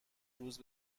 روز